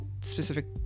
specific